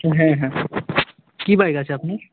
হ্যাঁ হ্যাঁ কী বাইক আছে আপনার